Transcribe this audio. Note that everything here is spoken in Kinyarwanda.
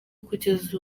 kugeza